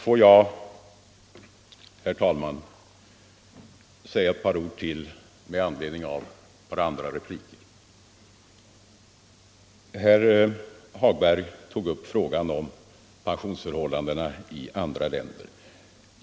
Får jag, herr talman, säga ett par ord till med anledning av några 67 andra inlägg. Herr Hagberg i Borlänge tog upp frågan om pensionsförhållandena i andra länder.